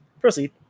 proceed